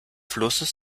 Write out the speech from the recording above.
flusses